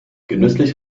genüsslich